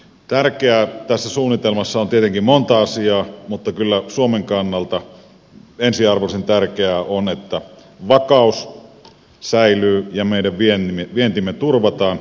tärkeää tässä suunnitelmassa on tietenkin moni asia mutta kyllä suomen kannalta ensiarvoisen tärkeää on että vakaus säilyy ja meidän vientimme turvataan